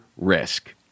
risk